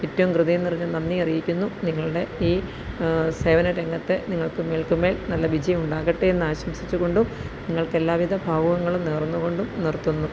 ഏറ്റവും ഹൃദയം നിറഞ്ഞ നന്ദി അറിയിക്കുന്നു നിങ്ങളുടെ ഈ സേവന രംഗത്ത് നിങ്ങൾക്ക് മേൽക്കുമേൽ നല്ല വിജയം ഉണ്ടാകട്ടെയെന്നു ആശംസിച്ചുകൊണ്ടും നിങ്ങള്ക്ക് എല്ലാവിധ ഭാവുകങ്ങളും നേർന്നുകൊണ്ടും നിർത്തുന്നു